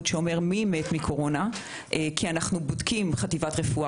שאומר מי מת מקורונה כי אנחנו בודקים בחטיבת רפואה